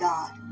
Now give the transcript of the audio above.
God